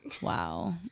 Wow